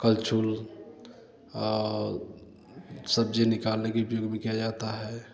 कलछुल औल सब्ज़ी निकालने के लिए उपयोग क्या जाता है